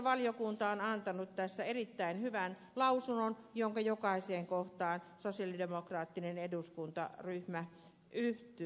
ympäristövaliokunta on antanut tästä erittäin hyvän lausunnon jonka jokaiseen kohtaan sosialidemokraattinen eduskuntaryhmä yhtyy